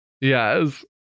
Yes